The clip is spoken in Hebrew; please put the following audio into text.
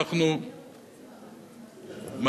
לכן,